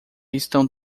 estão